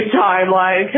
timeline